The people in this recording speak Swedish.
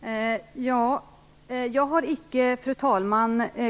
Fru talman! Jag har icke